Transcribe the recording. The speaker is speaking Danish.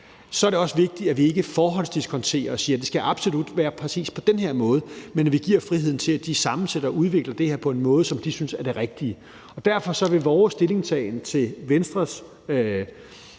er det også vigtigt, at vi ikke forhåndsdiskonterer og siger, at det absolut skal være præcis på den her måde, men at vi giver friheden til, at de sammensætter og udvikler det her på en måde, som de synes er det rigtige. Derfor vil vores stillingtagen til Venstres